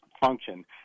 function